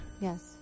Yes